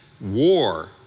war